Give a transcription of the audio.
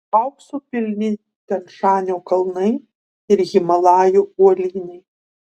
aukso pilni tian šanio kalnai ir himalajų uolynai